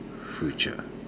future